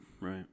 right